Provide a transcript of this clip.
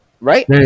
Right